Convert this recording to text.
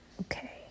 Okay